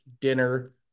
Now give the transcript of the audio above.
dinner